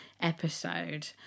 episode